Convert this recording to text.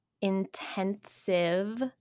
intensive